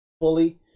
fully